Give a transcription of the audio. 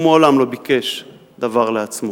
ומעולם לא ביקש דבר לעצמו.